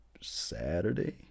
Saturday